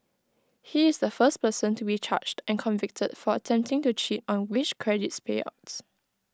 he is the first person to be charged and convicted for attempting to cheat on wage credits payouts